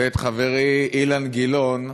ואת חברי אילן גילאון,